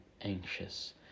anxious